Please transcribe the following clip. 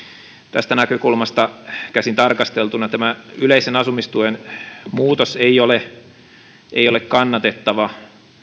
tästä näkökulmasta käsin tarkasteltuna tämä yleisen asumistuen muutos ei ole ei ole kannatettava